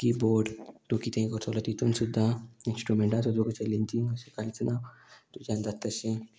keyboard तूं कितें करतलो तितून सुद्दां इंस्ट्रुमेंटाचो तुका चॅलेंजींग अशें कांयच ना तुज्यान जाता तशें